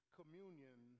communion